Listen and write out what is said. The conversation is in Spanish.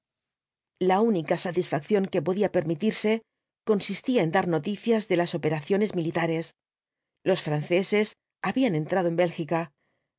la única satisfacción que podía permitirse consistía en dar noticias de las operaciones militares los franceses habían entrado en bélgica